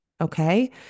Okay